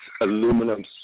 aluminum